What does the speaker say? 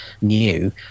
new